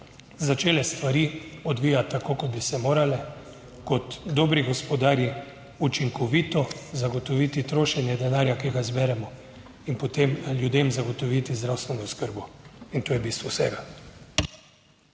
začele stvari odvijati tako, kot bi se morale, kot dobri gospodarji učinkovito zagotoviti trošenje denarja, ki ga zberemo in potem ljudem zagotoviti zdravstveno oskrbo. In to je bistvo vsega.